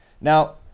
Now